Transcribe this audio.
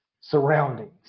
surroundings